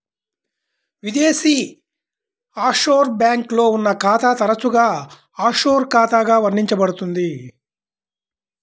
విదేశీ ఆఫ్షోర్ బ్యాంక్లో ఉన్న ఖాతా తరచుగా ఆఫ్షోర్ ఖాతాగా వర్ణించబడుతుంది